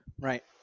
Right